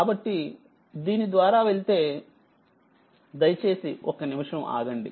కాబట్టిదీనిద్వారా వెళ్తే దయచేసి ఒక్క నిమిషం ఆగండి